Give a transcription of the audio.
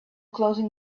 closing